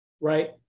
right